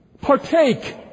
Partake